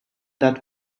that